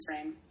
frame